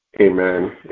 Amen